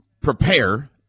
prepare